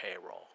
payroll